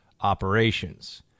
operations